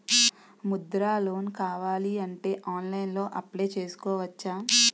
Mudra loan కావాలి అంటే ఆన్లైన్లో అప్లయ్ చేసుకోవచ్చా?